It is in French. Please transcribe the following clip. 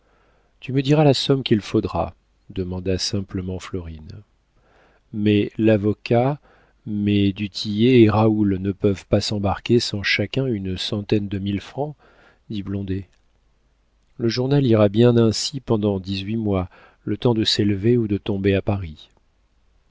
tu me diras la somme qu'il faudra demanda simplement florine mais l'avocat mais du tillet et raoul ne peuvent pas s'embarquer sans chacun une centaine de mille francs dit blondet le journal ira bien ainsi pendant dix-huit mois le temps de s'élever ou de tomber à paris